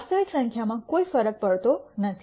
વાસ્તવિક સંખ્યામાં કોઈ ફરક પડતો નથી